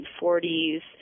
1940s